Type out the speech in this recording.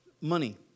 money